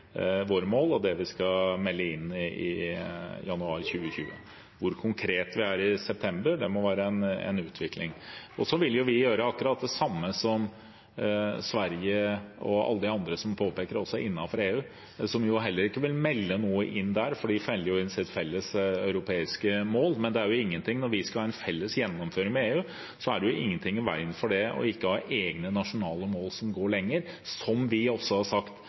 er i september – det må være en utvikling. Vi vil gjøre akkurat det samme som Sverige og alle de andre landene i EU, som heller ikke vil melde noe inn der, for de melder jo inn sine felles europeiske mål. Men når vi skal ha en felles gjennomføring med EU, er det ingenting i veien for å ha egne nasjonale mål som går lenger, som vi også har sagt,